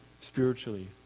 spiritually